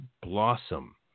blossom